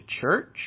church